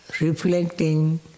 reflecting